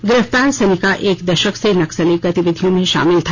गिरफ्तार सनिका एक दशक से नक्सली गतिविधियों में शामिल था